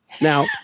Now